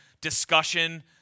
discussion